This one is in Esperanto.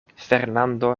fernando